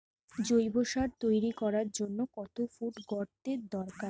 জৈব সার তৈরি করার জন্য কত ফুট গর্তের দরকার?